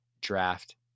draft